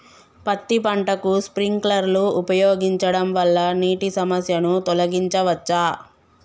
పత్తి పంటకు స్ప్రింక్లర్లు ఉపయోగించడం వల్ల నీటి సమస్యను తొలగించవచ్చా?